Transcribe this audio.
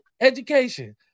education